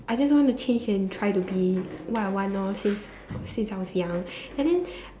I just want to change and try to be what I want lor since since I was young and then